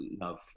love